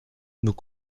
nous